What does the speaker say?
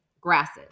grasses